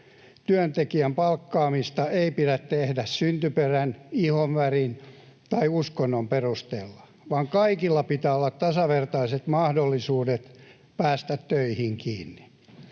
Työntekijän palkkaamista ei pidä tehdä syntyperän, ihonvärin tai uskonnon perusteella, vaan kaikilla pitää olla tasavertaiset mahdollisuudet päästä töihin kiinni.